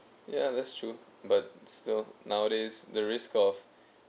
yeah that's true but still nowadays the risk of